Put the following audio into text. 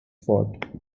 fought